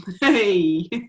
Hey